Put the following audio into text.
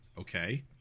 okay